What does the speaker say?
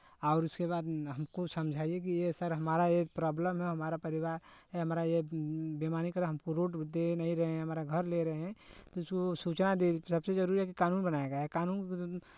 और उसके बाद हमको समझाइये कि ये सर हमारा एक प्रॉब्लम है हमारा परिवार है हमारा ये बेईमानी कर रहा हमको रोड दे नहीं रहे हैं हमारा घर ले रहे हैं तो इसको सूचना दे सबसे जरूरी है कि कानून बनाया गया है कानून